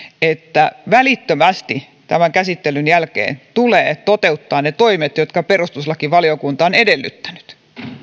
että välittömästi tämän käsittelyn jälkeen tulee toteuttaa ne toimet jotka perustuslakivaliokunta on edellyttänyt